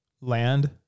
Land